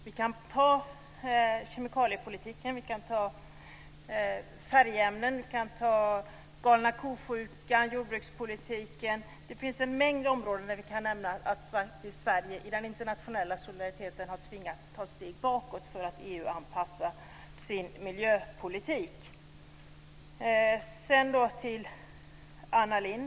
Det gäller t.ex. kemikaliepolitiken, färgämmen, galna-ko-sjukan, jordbrukspolitiken och en mängd andra områden där Sverige i den internationella solidariteten har tvingats ta steg bakåt för att EU-anpassa sin miljöpolitik. Sedan vänder jag mig till Anna Lindh.